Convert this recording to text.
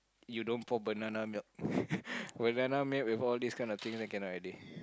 you don't pour banana milk banana milk with all these kind of things I cannot already